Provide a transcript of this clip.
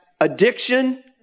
addiction